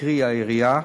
קרי העירייה,